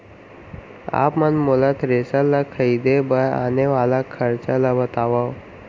आप मन मोला थ्रेसर ल खरीदे बर आने वाला खरचा ल बतावव?